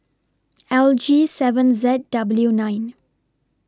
L G seven Z W nine